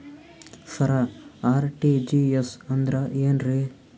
ಸರ RTGS ಅಂದ್ರ ಏನ್ರೀ?